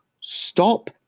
stop